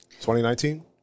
2019